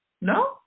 no